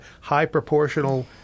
high-proportional